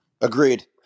Agreed